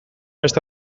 beste